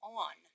on